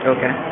Okay